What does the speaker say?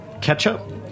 ketchup